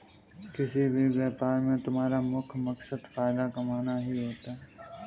किसी भी व्यापार में तुम्हारा मुख्य मकसद फायदा कमाना ही होता है